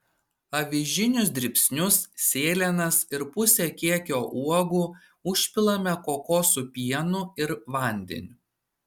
avižinius dribsnius sėlenas ir pusę kiekio uogų užpilame kokosų pienu ir vandeniu